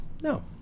No